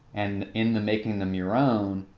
and in the making them your own,